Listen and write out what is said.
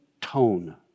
tone